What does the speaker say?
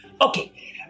Okay